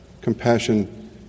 compassion